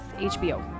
HBO